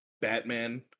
batman